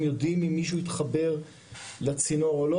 יודעים אם מישהו התחבר לצינור או לא,